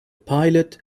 pilot